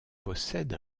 possède